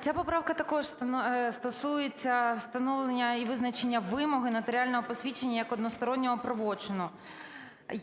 Ця поправка також стосується встановлення і визначення вимоги нотаріального посвідчення як одностороннього правочину.